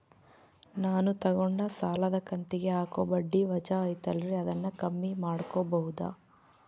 ನಾನು ತಗೊಂಡ ಸಾಲದ ಕಂತಿಗೆ ಹಾಕೋ ಬಡ್ಡಿ ವಜಾ ಐತಲ್ರಿ ಅದನ್ನ ಕಮ್ಮಿ ಮಾಡಕೋಬಹುದಾ?